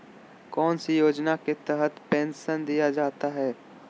कौन सी योजना के तहत पेंसन दिया जाता है?